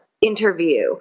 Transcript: interview